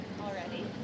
Already